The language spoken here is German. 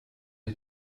die